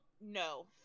No